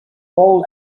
all